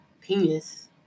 penis